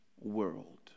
world